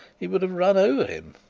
he would have run over him.